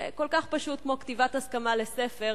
כל כך פשוט כמו כתיבת הסכמה לספר,